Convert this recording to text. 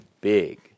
big